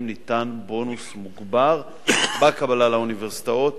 ניתן בונוס מוגבר בקבלה לאוניברסיטאות.